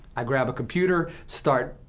i grab a computer, start,